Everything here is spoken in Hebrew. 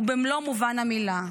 ובמלוא מובן המילה.